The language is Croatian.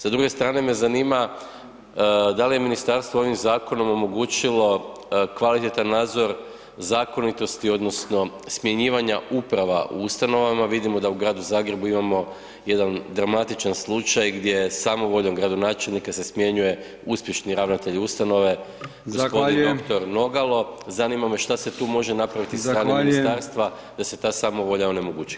Sa druge strane me zanima da li je ministarstvo ovim zakonom omogućilo kvalitetan nadzor zakonitosti odnosno smjenjivanja uprava u ustanovama, vidimo da u gradu Zagrebu imamo jedan dramatičan slučaj gdje samovoljom gradonačelnika se smjenjuje uspješni ravnatelj ustanove [[Upadica Brkić: Zahvaljujem.]] g. dr. Nogalo, zanima me šta se tu može napraviti sa strane ministarstva da se ta samovolja onemogući?